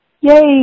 yay